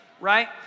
right